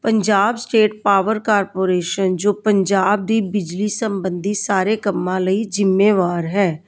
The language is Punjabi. ਪੰਜਾਬ ਸਟੇਟ ਪਾਵਰ ਕਾਰਪੋਰੇਸ਼ਨ ਜੋ ਪੰਜਾਬ ਦੀ ਬਿਜਲੀ ਸਬੰਧੀ ਸਾਰੇ ਕੰਮਾਂ ਲਈ ਜ਼ਿੰਮੇਵਾਰ ਹੈ